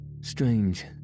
Strange